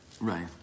Right